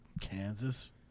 Kansas